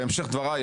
בהמשך דבריי,